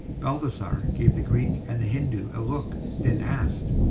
balthasar gave the greek and the hindoo a look, then asked,